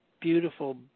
beautiful